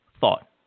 thought